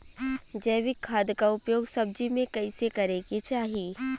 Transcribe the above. जैविक खाद क उपयोग सब्जी में कैसे करे के चाही?